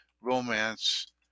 romance